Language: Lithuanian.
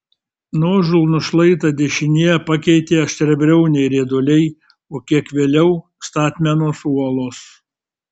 nuožulnų šlaitą dešinėje pakeitė aštriabriauniai rieduliai o kiek vėliau statmenos uolos